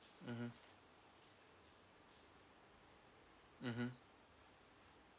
mmhmm mmhmm